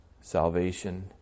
salvation